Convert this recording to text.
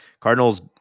Cardinals